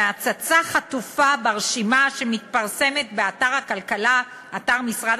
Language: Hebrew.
בהצצה חטופה ברשימה שמתפרסמת באתר משרד